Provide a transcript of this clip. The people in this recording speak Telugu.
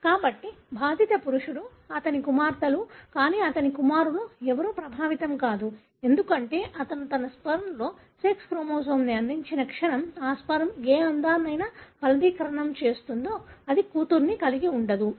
కాబట్టి బాధిత పురుషుడు అతని కుమార్తెలు కానీ అతని కుమారులు ఎవరూ ప్రభావితం కాదు ఎందుకంటే అతను తన స్పెర్మ్లో సెక్స్ క్రోమోజోమ్ని అందించిన క్షణం ఆ స్పెర్మ్ ఏ అండాన్ని ఫలదీకరణం చేస్తుందో అది కూతురిని కలిగి ఉండదు